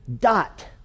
dot